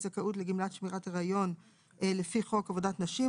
זכאות לגמלת שמירת הריון לפי חוק עבודת נשים,